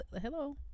hello